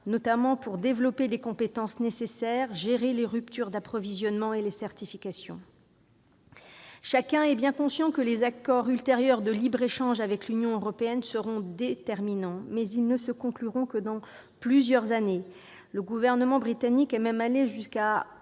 notamment pour développer les compétences nécessaires et gérer les ruptures d'approvisionnement, ainsi que les certifications. Chacun est bien conscient que les accords ultérieurs de libre-échange avec l'Union européenne seront déterminants, mais ils ne seront conclus que dans plusieurs années. Le gouvernement britannique est allé jusqu'à